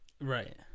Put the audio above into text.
Right